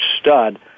Stud